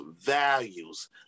values